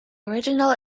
original